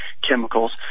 chemicals